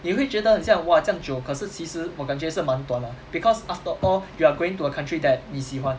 也会觉得很像 !wah! 这样久可是其实我感觉是蛮短 lah because after all you are going to a country that 你喜欢